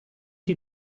die